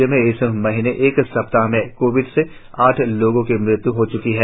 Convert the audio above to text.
राज्य में इस महीने एक सप्ताह में कोविड से आठ लोगो की मृत्यु हो चुकी है